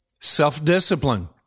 Self-discipline